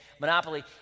Monopoly